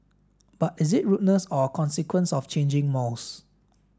but is it rudeness or a consequence of changing mores